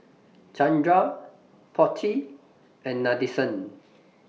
Chandra Potti and Nadesan